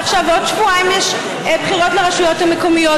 בעוד שבועיים יש בחירות לרשויות המקומיות.